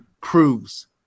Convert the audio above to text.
proves